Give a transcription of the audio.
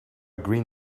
green